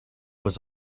was